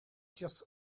just